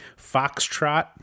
Foxtrot